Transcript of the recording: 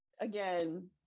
again